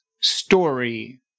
story